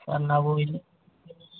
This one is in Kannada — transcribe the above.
ಸರ್ ನಾವು ಇಲ್ಲಿ